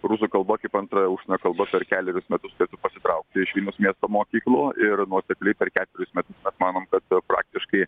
rusų kalba kaip antra užsienio kalba per kelerius metus turėtų pasitraukti iš vilniaus miesto mokyklų ir nuosekliai per ketverius metus mes manom kad praktiškai